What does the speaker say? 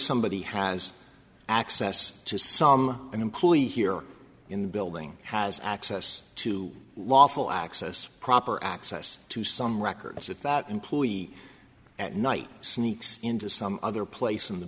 somebody has access to some employee here in the building has access to lawful access proper access to some records at that employee at night sneaks into some other place in the